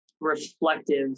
reflective